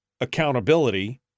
accountability